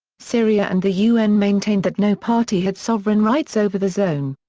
syria and the un maintained that no party had sovereign rights over the zone.